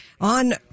On